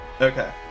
Okay